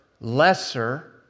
lesser